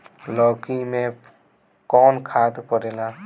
लौकी में कौन खाद पड़ेला?